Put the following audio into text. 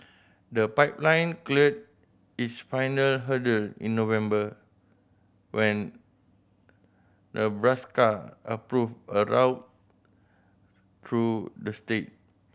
the pipeline cleared its final hurdle in November when Nebraska approved a route through the state